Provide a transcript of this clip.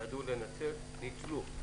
ידעו לנצל, ניצלו.